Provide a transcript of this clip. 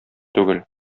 түгел